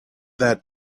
that